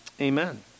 Amen